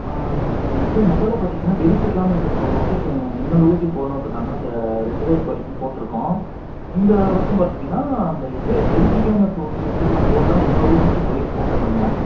இது முதல்ல பார்த்திங்கன்னா வெறிபிடிக்காம இருக்குறதுக்கு ஒரு ஊசி அப்புறம் இன்னொரு ஊசி போட்ணுட்டு இருதாங்க அந்த ரெண்டு தான் இப்போ வரைக்கும் போட் இருக்கோம் இந்த வருஷம் பார்த்திங்கன்னா அந்த இது வெறிபிடிக்காம இருக்க ஊசி வந்து இன்னும் போட்லாம் இன்னொரு ஊசி மட்டும் இப்போ வரைக்கு போட் இருக்கோங்க